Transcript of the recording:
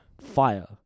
Fire